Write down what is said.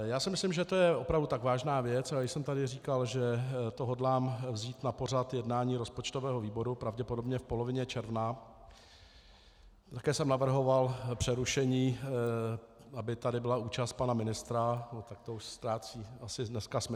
Já si myslím, že je to opravdu tak vážná věc, a když jsem tady říkal, že to hodlám vzít na pořad jednání rozpočtového výboru pravděpodobně v polovině června, také jsem navrhoval přerušení, aby tady byla účast pana ministra, tak to už ztrácí asi dneska smysl.